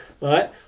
right